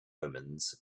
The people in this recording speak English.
omens